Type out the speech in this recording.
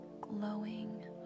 glowing